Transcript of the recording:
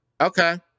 Okay